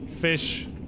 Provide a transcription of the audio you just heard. fish